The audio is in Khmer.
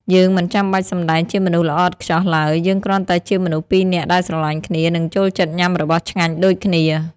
យើងមិនបាច់សម្តែងជាមនុស្សល្អឥតខ្ចោះឡើយ យើងគ្រាន់តែជាមនុស្សពីរនាក់ដែលស្រឡាញ់គ្នា និងចូលចិត្តញ៉ាំរបស់ឆ្ងាញ់ដូចគ្នា។